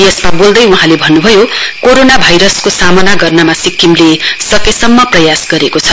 यसमा बोल्दै वहाँले भन्नुभयो कोरोना आइरसको सामना गर्नमा सिक्किमले सकेसम्म प्रयास गरेको छ